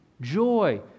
Joy